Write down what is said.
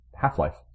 Half-Life